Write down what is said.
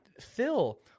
Phil